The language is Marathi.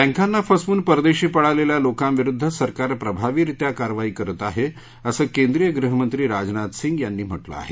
बैंकांना फसवून परदेशी पळालेल्या लोकांविरुद्ध सरकार प्रभावीरित्या कारवाई करत आहे असं केंद्रीय गृहमंत्री राजनाथ सिंग यांनी म्हटलं आहे